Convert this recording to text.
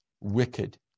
wicked